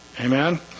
Amen